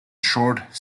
short